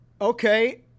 okay